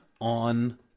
on